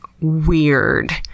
weird